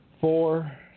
four